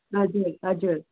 हजुर हजुर